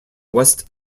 west